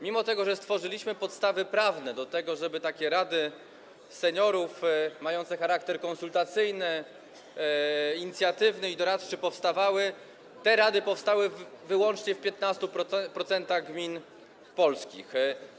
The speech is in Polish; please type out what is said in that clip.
Mimo że stworzyliśmy podstawy prawne do tego, żeby takie rady seniorów mające charakter konsultacyjny, inicjatywny i doradczy powstawały, te rady powstały wyłącznie w 15% polskich gmin.